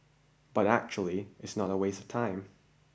but actually it's not a waste of time